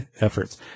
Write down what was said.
efforts